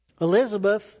Elizabeth